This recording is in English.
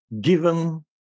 given